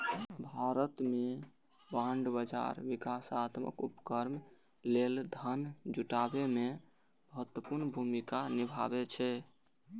भारत मे बांड बाजार विकासात्मक उपक्रम लेल धन जुटाबै मे महत्वपूर्ण भूमिका निभाबै छै